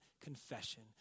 confession